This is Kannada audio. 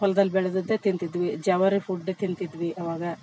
ಹೊಲ್ದಲ್ಲಿ ಬೆಳೆದಿದ್ದೆ ತಿಂತಿದ್ವಿ ಜವಾರಿ ಫುಡ್ ತಿಂತಿದ್ವಿ ಅವಾಗ